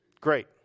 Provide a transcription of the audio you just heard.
Great